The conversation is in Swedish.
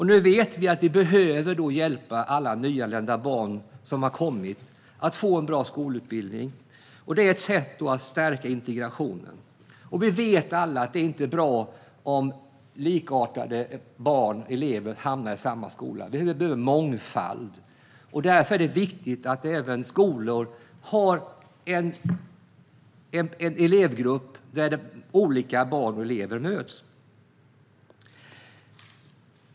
Vi behöver hjälpa alla nyanlända barn för att de ska få en bra skolutbildning. Det är ett sätt att stärka integrationen. Vi vet alla att det inte är bra om likartade barn, elever, hamnar i samma skola. Vi behöver mångfald. Därför är det viktigt att skolor har elevgrupper som innebär att olika barn möts.